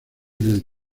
del